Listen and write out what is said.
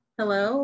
Hello